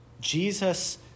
Jesus